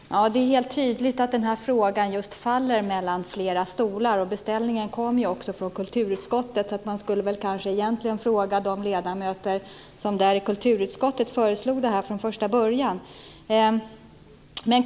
Herr talman! Det är helt tydligt att den här frågan faller mellan flera stolar. Beställningen kom också från kulturutskottet, så man borde egentligen fråga de ledamöter i kulturutskottet som föreslog det här från första början.